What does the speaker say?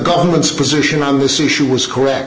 government's position on this issue was correct